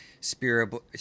spiritual